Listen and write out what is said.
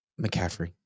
McCaffrey